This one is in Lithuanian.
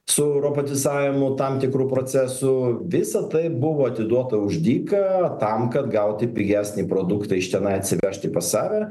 su robotizavimu tam tikrų procesų visa tai buvo atiduota už dyką tam kad gauti pigesnį produktą iš tenai atsivežti pas save